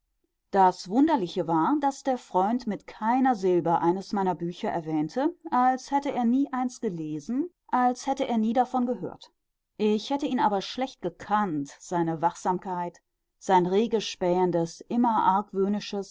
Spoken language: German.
das wunderliche war daß der freund mit keiner silbe eines meiner bücher erwähnte als hätte er nie eins gelesen als hätte er nie davon gehört ich hätte ihn aber schlecht gekannt seine wachsamkeit sein rege spähendes immer